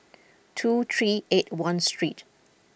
two three eight one street